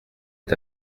est